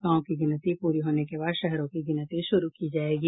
गांव की गिनती प्ररी होने के बाद शहरों की गिनती शुरू की जायेगी